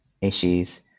issues